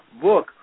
book